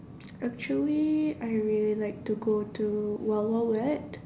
actually I really like to go to wild wild wet